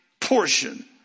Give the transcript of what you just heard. portion